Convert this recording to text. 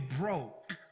broke